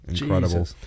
Incredible